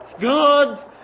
God